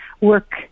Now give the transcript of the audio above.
work